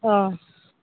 অঁ